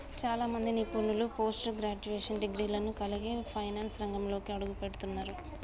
చాలా మంది నిపుణులు పోస్ట్ గ్రాడ్యుయేట్ డిగ్రీలను కలిగి ఫైనాన్స్ రంగంలోకి అడుగుపెడుతున్నరు